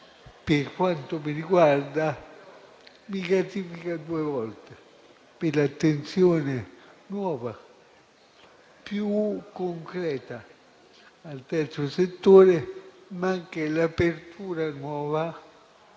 per quanto mi riguarda, mi gratifica due volte: per l'attenzione, nuova e più concreta, al Terzo settore, ma anche per l'apertura nuova,